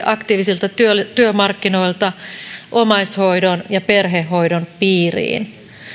aktiivisilta työmarkkinoilta omaishoidon ja perhehoidon piiriin